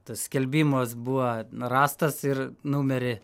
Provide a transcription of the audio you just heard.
tas skelbimas buvo rastas ir numerį